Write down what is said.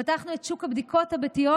פתחנו את שוק הבדיקות הביתיות,